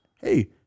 hey